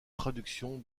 traduction